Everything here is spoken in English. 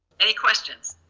any questions?